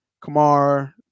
Kamar